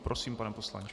Prosím, pane poslanče.